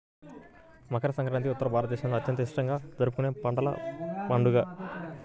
మకర సంక్రాంతి ఉత్తర భారతదేశంలో అత్యంత ఇష్టంగా జరుపుకునే పంటల పండుగ